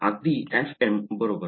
अगदी fm बरोबर